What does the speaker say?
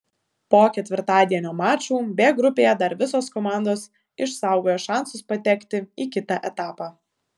po ketvirtadienio mačų b grupėje dar visos komandos išsaugojo šansus patekti į kitą etapą